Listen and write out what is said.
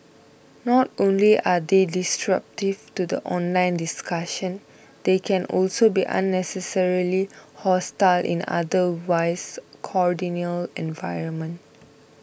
not only are they disruptive to the online discussion they can also be unnecessarily hostile in otherwise cordial environment